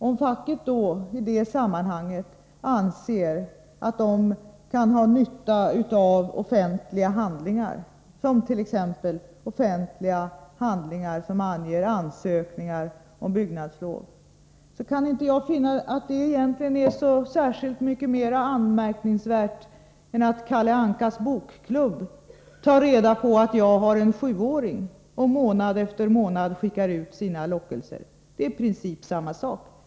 Om facket i det sammanhanget anser att det kan ha nytta av offentliga handlingar, t.ex. offentliga handlingar som avser ansökningar om byggnadslov, så kan jag egentligen inte finna detta så mycket mera anmärkningsvärt än att Kalle Ankas bokklubb tar reda på att jag har en 7-åring, och månad efter månad skickar ut sina lockelser. Det är i princip samma sak.